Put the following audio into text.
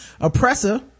Oppressor